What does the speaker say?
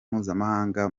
mpuzamahanga